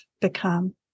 become